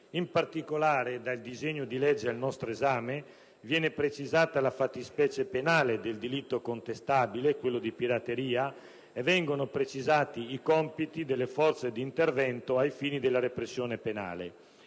In particolare, nel disegno di legge al nostro esame vengono precisati la fattispecie penale del delitto contestabile, quello di pirateria, ed i compiti delle forze di intervento ai fini della repressione penale.